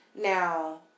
Now